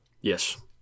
Yes